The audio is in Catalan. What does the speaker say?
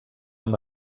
amb